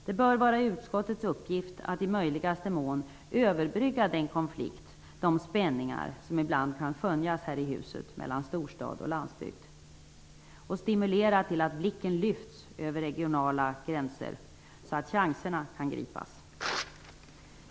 Det bör vara utskottets uppgift att i möjligaste mån överbrygga den konflikt och de spänningar som ibland kan skönjas här i huset när det gäller storstad och landsbygd och stimulera till att blicken lyfts över regionala gränser så att chanserna kan gripas.